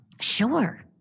Sure